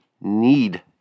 need